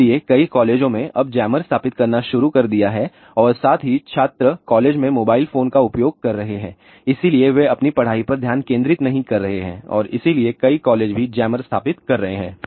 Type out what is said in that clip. इसलिए कई कॉलेजों ने अब जैमर स्थापित करना शुरू कर दिया है और साथ ही छात्र कॉलेजों में मोबाइल फोन का उपयोग कर रहे हैं इसलिए वे अपनी पढ़ाई पर ध्यान केंद्रित नहीं कर रहे हैं और इसलिए कई कॉलेज भी जैमर स्थापित कर रहे हैं